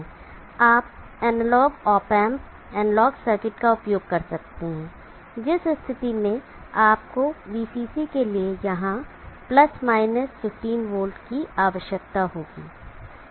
आप analogue op amp analogue circuit का उपयोग कर सकते हैं जिस स्थिति में आपको VCC के लिए यहां 15 वोल्ट की आवश्यकता होगी